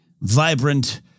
vibrant